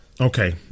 Okay